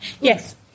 yes